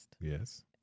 Yes